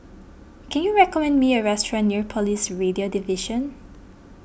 can you recommend me a restaurant near Police Radio Division